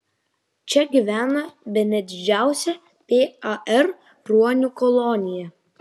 čia gyvena bene didžiausia par ruonių kolonija